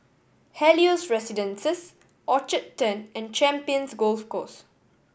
Helios Residences Orchard Turn and Champions Golf Course